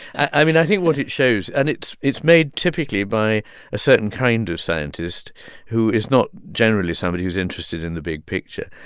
i mean, i think what it shows and it's made, made, typically, by a certain kind of scientist who is not generally somebody who's interested in the big picture.